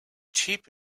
cheap